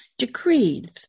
decreed